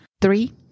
Three